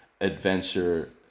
adventure